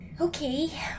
okay